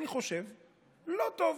אני חושב שהוא לא טוב,